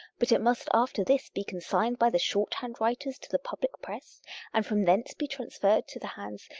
but it must after this be consigned by the shorthand writers to the public press and from thence be transferred to the hands,